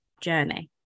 journey